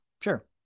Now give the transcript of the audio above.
sure